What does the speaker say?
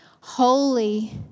holy